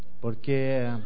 Porque